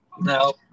No